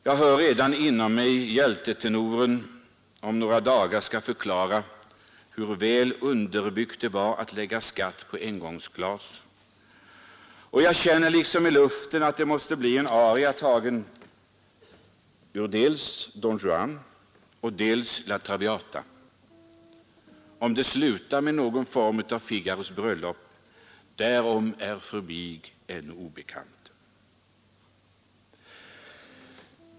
Jag hör redan inom mig hur hjältetenoren om några dagar skall förklara hur väl underbyggt det var att lägga skatt på engångsglas. Och jag känner liksom i luften att det måste bli en aria tagen ur dels Don Juan, dels La Traviata. Om det slutar med något ur Figaros bröllop är för mig ännu obekant.